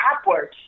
upwards